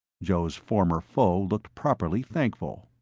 joe's former foe looked properly thankful.